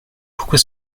pourquoi